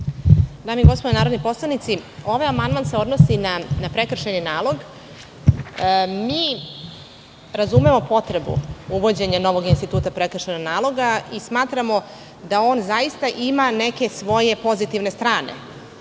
Dame i gospodo narodni poslanici, ovaj amandman se odnosi na prekršajni nalog. Mi razumemo potrebu uvođenje novog instituta prekršajnog naloga i smatramo da on zaista ima neke svoje pozitivne strane.